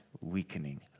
weakening